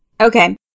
Okay